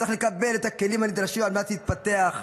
צריך לקבל את הכלים הנדרשים על מנת להתפתח,